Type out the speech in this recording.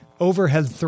overhead